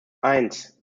eins